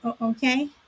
Okay